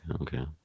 okay